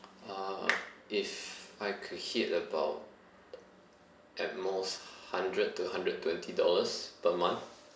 uh if I could hit about at most hundred to hundred twenty dollars per month